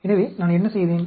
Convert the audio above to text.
எனவே நான் என்ன செய்தேன்